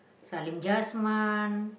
Salim-Jasman